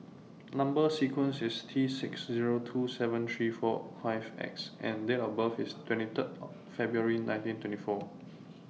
Number sequence IS T six Zero two seven three four five X and Date of birth IS twenty three February nineteen twenty four